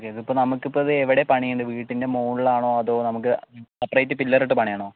ഇതിപ്പോൾ നമുക്കിപ്പോൾ ഇത് എവിടെയാണ് പണിയേണ്ടത് വീട്ടിൻ്റെ മുകളിലാണോ അതോ നമുക്ക് സെപ്പറേറ്റ് പില്ലർ ഇട്ടു പണിയണോ